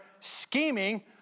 scheming